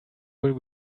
will